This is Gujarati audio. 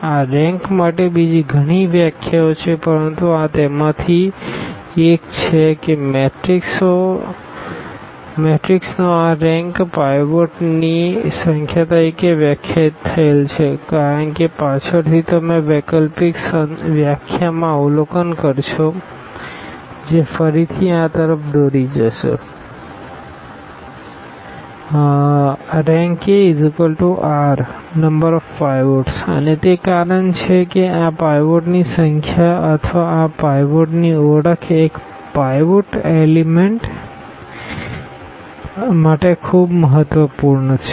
આ રેંક માટે બીજી ઘણી વ્યાખ્યાઓ છે પરંતુ આ તેમાંથી એક છે કે મેટ્રિક્સ નો આ રેંક પાઈવોટની સંખ્યા તરીકે વ્યાખ્યાયિત થયેલ છે કારણ કે પાછળથી તમે વૈકલ્પિક વ્યાખ્યામાં અવલોકન કરશો જે ફરીથી આ તરફ દોરી જશે Rank r અને તે કારણ છે કે આ પાઇવોટ્સની સંખ્યા અથવા આ પાઇવોટ્સની ઓળખ એક પાઈવોટ એલીમેન્ટ માટે ખૂબ મહત્વપૂર્ણ છે